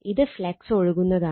ഇത് ഫ്ളക്സ് ഒഴുകുന്നതാണ്